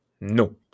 No